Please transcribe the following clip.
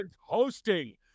hosting